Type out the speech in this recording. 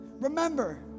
Remember